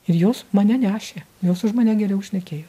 ir jos mane nešė jos už mane geriau šnekėjo